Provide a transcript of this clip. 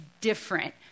different